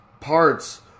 parts